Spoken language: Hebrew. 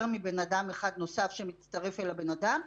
מבן אדם אחד נוסף שמצטרף אל הבן אדם.